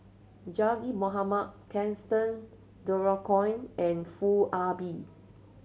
Zaqy Mohamad Gaston Dutronquoy and Foo Ah Bee